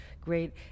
great